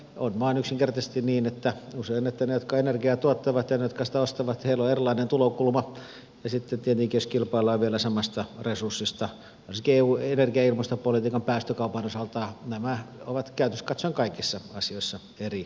on vain yksinkertaisesti niin että usein niillä jotka energiaa tuottavat ja niillä jotka sitä ostavat on erilainen tulokulma ja sitten tietenkin jos kilpaillaan vielä samasta resurssista varsinkin eun energia ja ilmastopolitiikan päästökaupan osalta nämä ovat käytännöllisesti katsoen kaikissa asioissa eri mieltä